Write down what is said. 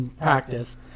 Practice